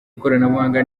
ikoranabuhanga